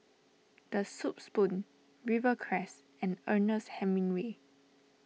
the Soup Spoon Rivercrest and Ernest Hemingway